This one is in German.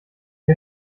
der